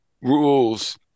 rules